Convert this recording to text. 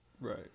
Right